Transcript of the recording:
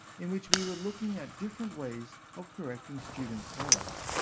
in which we were looking at different ways of correcting students' errors.